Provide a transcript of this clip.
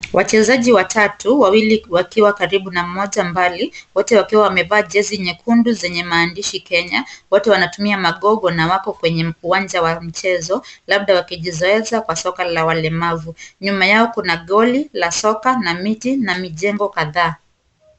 Wachezaji watatu wawili wakiwa karibu na mmoja mbali, wote wakiwa wamevaa jezi nyekundu zenye maandishi Kenya. Wote wanatumia magogo na wako kwenye uwanja wa mchezo labda wakijizoeza kwa soka ya walemavu. Nyuma yao kuna goli la soka na miti na mijengo kadhaa.